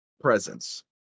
Presence